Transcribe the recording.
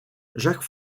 jacques